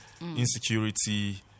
insecurity